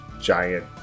giant